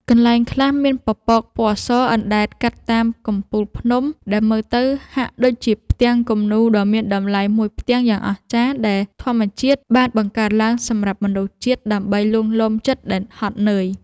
កន្លែងខ្លះមានពពកពណ៌សអណ្ដែតកាត់តាមកំពូលភ្នំដែលមើលទៅហាក់ដូចជាផ្ទាំងគំនូរដ៏មានតម្លៃមួយផ្ទាំងយ៉ាងអស្ចារ្យដែលធម្មជាតិបានបង្កើតឡើងសម្រាប់មនុស្សជាតិដើម្បីលួងលោមចិត្តដែលហត់នឿយ។